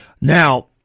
Now